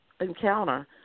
encounter